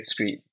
excrete